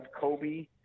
Kobe